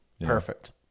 Perfect